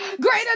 greater